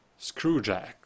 Screwjack